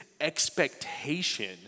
expectation